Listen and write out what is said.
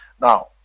now